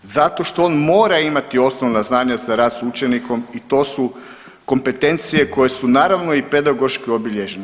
Zato što on mora imati osnovna znanja za rad s učenikom i to su kompetencije koje su naravno i pedagoški obilježene.